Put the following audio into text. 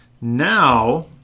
Now